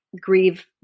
grieve